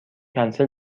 کنسل